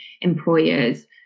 employers